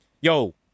Yo